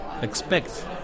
expect